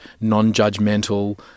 non-judgmental